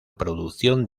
producción